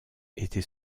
était